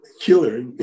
killer